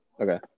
Okay